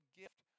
gift